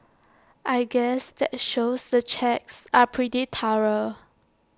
I guess that shows the checks are pretty thorough